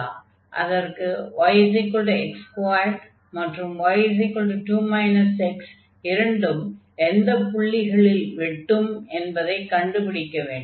அதற்கு yx2 மற்றும் y2 x இரண்டும் எந்தப் புள்ளிகளில் வெட்டும் என்பதைக் கண்டு பிடிக்க வேண்டும்